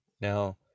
Now